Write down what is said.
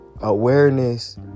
awareness